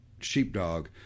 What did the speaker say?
sheepdog